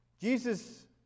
Jesus